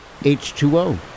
H2O